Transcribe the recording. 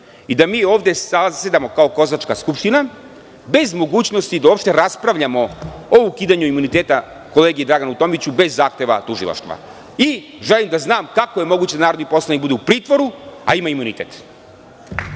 i da mi ovde zasedamo kao „kozačka“ skupština, bez mogućnosti da uopšte raspravljamo o ukidanju imuniteta kolegi Draganu Tomiću bez zahteva tužilaštva. Želim da znam, kako je moguće da narodni poslanik bude u pritvoru, a ima imunitet.